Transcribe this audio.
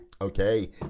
Okay